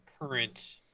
current